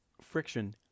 friction